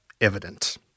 evident